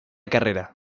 carrera